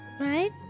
right